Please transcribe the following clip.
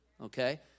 Okay